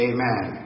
Amen